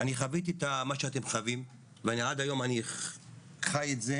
אני חוויתי את מה שאתם חווים ואני עד היום חי את זה